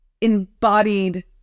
embodied